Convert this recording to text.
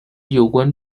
有关